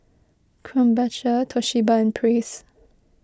Krombacher Toshiba and Praise